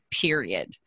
period